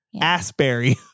Asbury